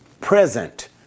present